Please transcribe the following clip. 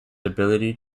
ability